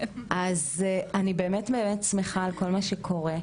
אז אני באמת באמת שמחה על כל מה שקורה,